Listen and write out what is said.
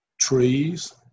trees